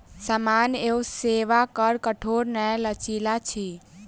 सामान एवं सेवा कर कठोर नै लचीला अछि